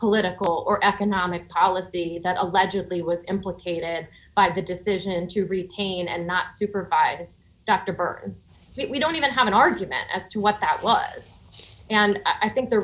political or economic policy that allegedly was implicated by the decision to retain and not supervise dr burke we don't even have an argument as to what that was and i think the